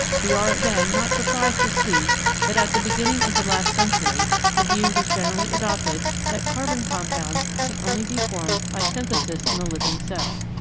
we are, then, not surprised to see that at the beginning of the last century the view was generally adopted that carbon compounds can only be formed by synthesis in the living cell.